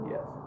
Yes